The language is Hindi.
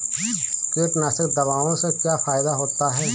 कीटनाशक दवाओं से क्या फायदा होता है?